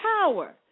power